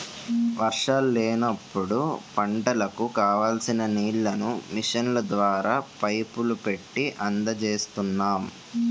వర్షాలు లేనప్పుడు పంటలకు కావాల్సిన నీళ్ళను మిషన్ల ద్వారా, పైపులు పెట్టీ అందజేస్తున్నాం